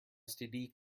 std